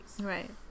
Right